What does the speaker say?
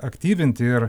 aktyvinti ir